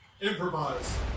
Improvise